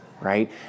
right